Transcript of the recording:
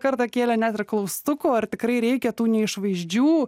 kartą kėlė net ir klaustukų ar tikrai reikia tų neišvaizdžių